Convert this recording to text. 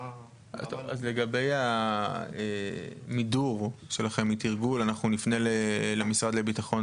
לגבי המידור שלכם מתרגול אנחנו נפנה למשרד לביטחון